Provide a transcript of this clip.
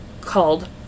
called